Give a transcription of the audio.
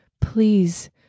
please